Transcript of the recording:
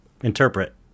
interpret